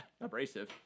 abrasive